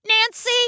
Nancy